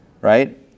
Right